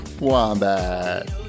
Wombat